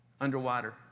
Underwater